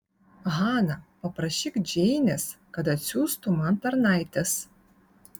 hana paprašyk džeinės kad atsiųstų man tarnaites